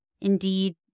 indeed